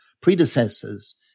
predecessors